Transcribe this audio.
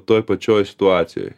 toj pačioj situacijoj